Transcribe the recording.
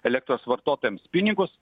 elektros vartotojams pinigus